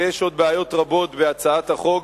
ויש עוד בעיות רבות בהצעת החוק,